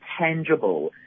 tangible